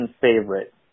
favorite